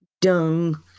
dung